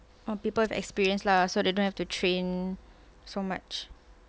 or people with experience lah so they don't have to train so much